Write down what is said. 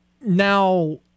Now